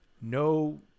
no